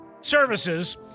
services